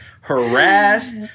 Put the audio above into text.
harassed